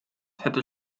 hätte